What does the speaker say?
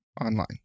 online